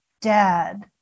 dad